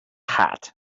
hat